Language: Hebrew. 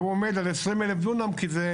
והוא עומד על 20,000 דונם כי זה